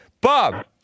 Bob